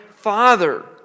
father